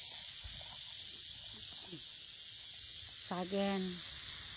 ᱥᱟᱜᱮᱱ